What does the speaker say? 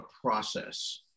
process